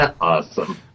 Awesome